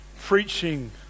preaching